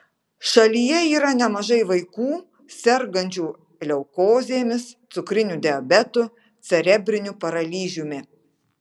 šalyje yra nemažai vaikų sergančių leukozėmis cukriniu diabetu cerebriniu paralyžiumi